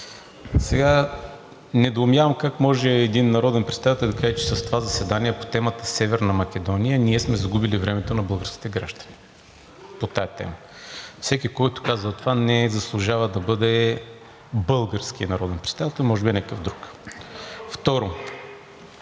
Недоумявам как може един народен представител да каже, че с това заседание по темата Северна Македония ние сме загубили времето на българските граждани по тази тема?! Всеки, който казва това, не заслужава да бъде български народен представител, може би е някакъв друг. Второ,